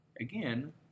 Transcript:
Again